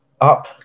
up